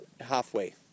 halfway